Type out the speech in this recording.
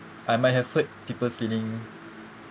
I might have hurt people's feeling